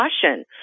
caution